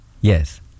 Yes